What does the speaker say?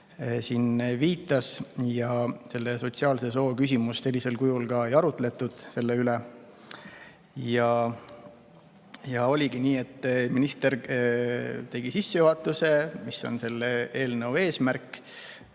siin viitas, ja sotsiaalse soo küsimuse üle sellisel kujul ka ei arutletud. Ja oligi nii, et minister tegi sissejuhatuse, et mis on selle eelnõu eesmärk.